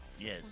Yes